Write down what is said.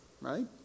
Right